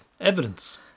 Evidence